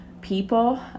people